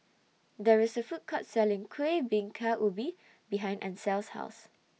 There IS A Food Court Selling Kuih Bingka Ubi behind Ancel's House